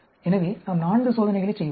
எனவே நாம் 4 சோதனைகளைச் செய்வோம்